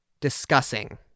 discussing